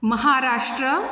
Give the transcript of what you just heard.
Maharashtra